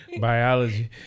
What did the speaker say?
Biology